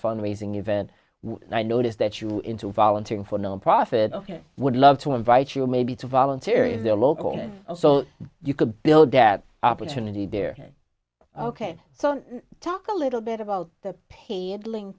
fund raising event and i notice that you in to volunteer for nonprofit ok would love to invite you maybe to volunteer in their local so you could build that opportunity there ok so talk a little bit about that paid lin